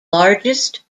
largest